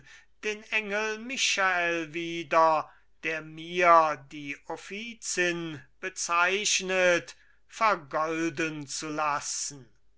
den engel michael wieder der mir die offizin bezeichnet vergolden zu lassen